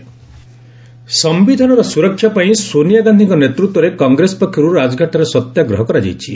କଂଗ୍ରେସ ସତ୍ୟାଗ୍ରହ ସମ୍ବିଧାନର ସୁରକ୍ଷା ପାଇଁ ସୋନିଆ ଗାନ୍ଧିଙ୍କ ନେତୃତ୍ୱରେ କଂଗ୍ରେସ ପକ୍ଷରୁ ରାଜଘାଟଠାରେ ସତ୍ୟାଗ୍ରହ କରାଯାଇଛି